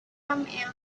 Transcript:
and